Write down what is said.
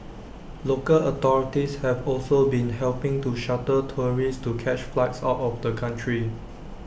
local authorities have also been helping to shuttle tourists to catch flights out of the country